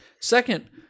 second